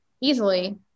easily